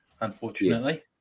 unfortunately